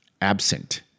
absent